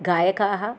गायकाः